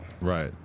Right